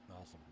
Awesome